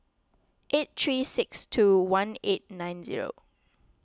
eight three six two one eight nine zero